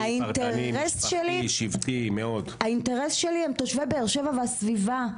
האינטרס שלי הוא תושבי באר שבע והסביבה.